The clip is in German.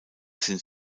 sind